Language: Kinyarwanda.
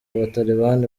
abatalibani